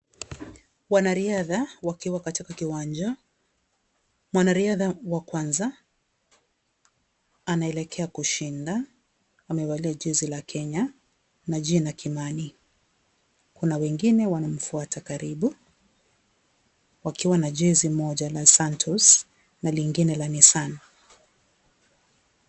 Wanariadha wakiwa katika kiwanja. Mwanariadha wa kwanza anaelekea kushinda, amevalia jezi la Kenya na jina Kimani. Kuna wengine wanamfuata karibu, wakiwa na jezi moja la Santos na lingine la Nissan.